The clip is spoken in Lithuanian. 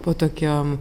po tokiom